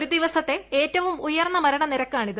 ഒരു ദിവസത്തെ ഏറ്റവും ഉയർന്ന മരണനിരക്കാണിത്